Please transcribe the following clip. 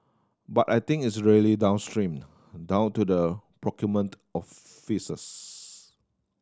but I think it's really downstream down to the procurement offices